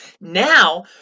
now